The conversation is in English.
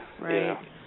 Right